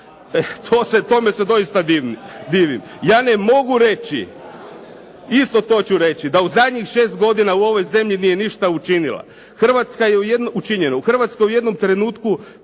Tome se doista divim. Ja ne mogu reći, isto to ću reći da u zadnjih šest godina u ovoj zemlji nije ništa učinjeno. Hrvatska je u jednom trenutku